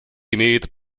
имеет